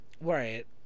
right